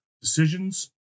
decisions